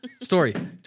Story